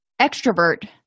extrovert